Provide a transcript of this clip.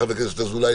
חבר הכנסת אזולאי,